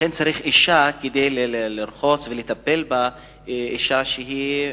צריך אשה כדי לרחוץ ולטפל באשה מתה.